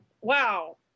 wow